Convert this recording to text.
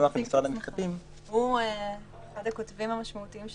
הוא אחד הכותבים המשמעותיים של ההצעה.